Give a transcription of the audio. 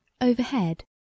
Overhead